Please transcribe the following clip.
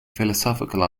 philosophical